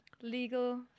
legal